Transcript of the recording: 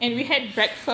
mm